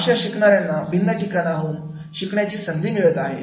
अशा शिकणाऱ्यांना भिन्न ठिकाणाहून शिकण्याची संधी मिळत आहे